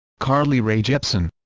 carly rae jepsen